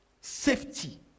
safety